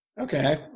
Okay